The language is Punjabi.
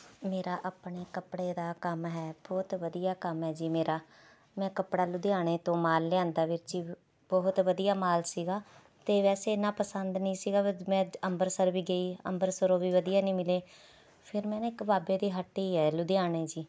ਮੇਰਾ ਆਪਣੇ ਕੱਪੜੇ ਦਾ ਕੰਮ ਹੈ ਬਹੁਤ ਵਧੀਆ ਕੰਮ ਹੈ ਜੀ ਮੇਰਾ ਮੈਂ ਕੱਪੜਾ ਲੁਧਿਆਣੇ ਤੋਂ ਮਾਲ ਲਿਆਂਦਾ ਵੀਰ ਜੀ ਵ ਬਹੁਤ ਵਧੀਆ ਮਾਲ ਸੀਗਾ ਅਤੇ ਵੈਸੇ ਇੰਨਾ ਪਸੰਦ ਨਹੀਂ ਸੀਗਾ ਅੱਜ ਮੈਂ ਅੱਜ ਅੰਬਰਸਰ ਵੀ ਗਈ ਅੰਬਰਸਰੋ ਵੀ ਵਧੀਆ ਨਹੀਂ ਮਿਲੇ ਫੇਰ ਮੈਂ ਨਾ ਇੱਕ ਬਾਬੇ ਦੀ ਹੱਟੀ ਆ ਲੁਧਿਆਣੇ 'ਚ ਹੀ